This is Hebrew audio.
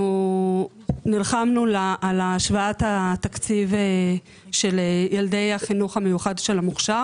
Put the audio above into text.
נלחמנו על השוואת התקציב של ילדי החינוך המיוחד של המוכשר